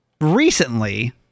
recently